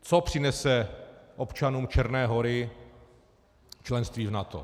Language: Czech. Co přinese občanům Černé Hory členství v NATO?